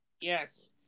Yes